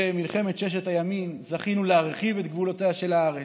במלחמת ששת הימים זכינו להרחיב את גבולותיה של הארץ,